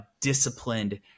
disciplined